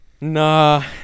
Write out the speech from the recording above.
Nah